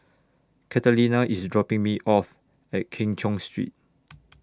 Catalina IS dropping Me off At Keng Cheow Street